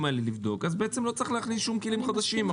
לבדוק אז בעצם לא צריך להכניס שום כלים חדשים,